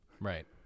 Right